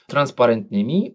transparentnymi